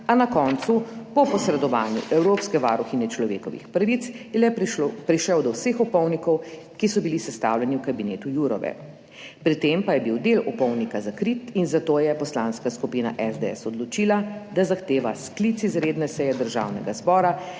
a na koncu, po posredovanju evropske varuhinje človekovih pravic, je le prišel do vseh opomnikov, ki so bili sestavljeni v kabinetu Jourove, pri tem pa je bil del opomnika zakrit in zato je poslanska skupina SDS odločila, da zahteva sklic izredne seje Državnega zbora,